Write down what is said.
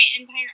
entire